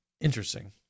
Interesting